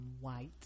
White